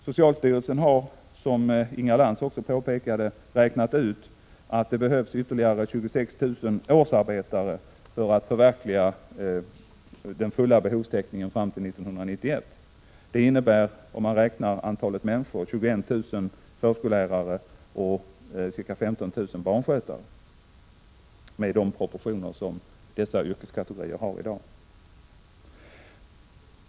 Socialstyrelsen har, som Inga Lantz också påpekade, räknat ut att det 73 behövs ytterligare 26 000 årsarbetare för att förverkliga den fulla behovstäckningen fram till 1991. Det innebär, om man räknar antal människor, 21 000 förskollärare och ca 15 000 barnskötare, med de proportioner som dessa yrkeskategorier har i dag.